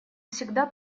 всегда